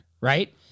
Right